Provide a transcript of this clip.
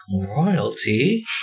royalty